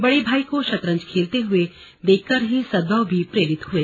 बड़े भाई को शतरंज खेलते हुए देखकर ही सदभव भी प्रेरित हुआ